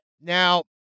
Now